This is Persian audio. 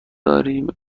داریم